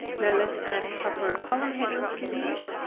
now let's add proper column headings to these.